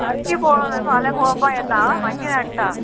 सारकी पळोवन फाल्यां पळोवपा येता हांव मागीर हाडटा